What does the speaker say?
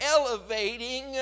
elevating